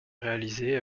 réalisé